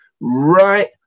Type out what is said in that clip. right